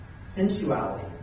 Sensuality